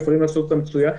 הם יכולים לעשות אותם מצוין,